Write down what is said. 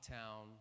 town